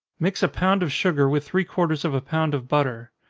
mix a pound of sugar with three-quarters of a pound of butter.